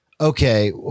okay